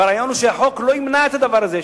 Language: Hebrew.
והרעיון הוא שהחוק לא ימנע את הדבר הזה,